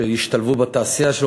שישתלבו בתעשייה.